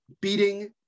beating